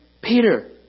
Peter